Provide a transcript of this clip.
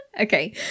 okay